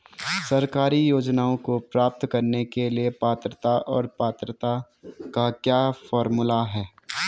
सरकारी योजनाओं को प्राप्त करने के लिए पात्रता और पात्रता का क्या फार्मूला है?